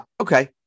Okay